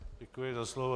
Děkuji za slovo.